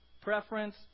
preference